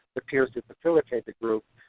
the peers who facilitate the group,